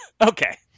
Okay